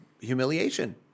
humiliation